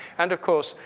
and of course,